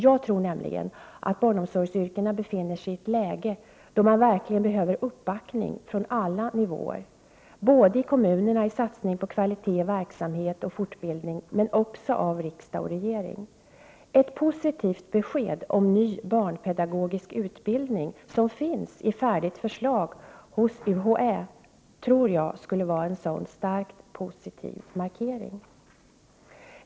Jag tror nämligen att barnomsorgsyrkena befinner sig i ett läge där man verkligen behöver uppbackning från alla nivåer, såväl i kommunerna i satsning på kvalitet i verksamhet och fortbildning som från riksdag och regering. Ett positivt besked om ny barnpedagogisk utbildning som finns i färdigt förslag hos UHÄ tror jag skulle vara en sådan starkt positiv markering.